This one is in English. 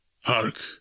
Hark